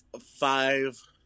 five